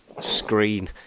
screen